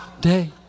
day